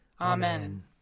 Amen